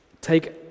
take